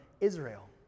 Israel